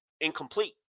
incomplete